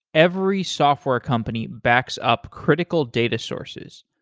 every software company backs up critical data sources.